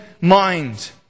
mind